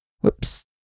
Whoops